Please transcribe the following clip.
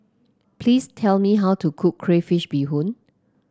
please tell me how to cook Crayfish Beehoon